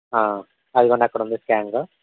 అదిగోనండీ అక్కడ ఉంది స్కానరు